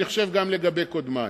אני חושב שזה נכון גם לגבי קודמי